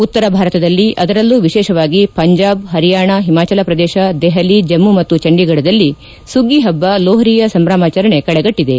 ಉತ್ತರ ಭಾರತದಲ್ಲಿ ಅದರಲ್ಲೂ ವಿಶೇಷವಾಗಿ ಪಂಜಾಬ್ ಹರಿಯಾಣ ಹಿಮಾಚಲ ಪ್ರದೇಶ ದೆಹಲಿ ಜಮ್ಮು ಮತ್ತು ಚಂದೀಗಡ್ದಲ್ಲಿ ಸುಗ್ಗಿ ಹಬ್ಬ ಲೋಹ್ರಿಯ ಸಂಭ್ರಮಾಚರಣೆ ಕಳೆಗಟ್ಟಿದೆ